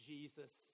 Jesus